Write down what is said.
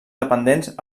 dependents